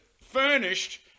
furnished